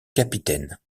capitaine